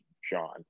Sean